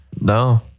No